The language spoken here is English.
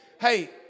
hey